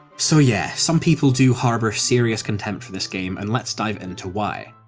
so yeah, some people do harbour serious contempt for this game, and let's dive into why.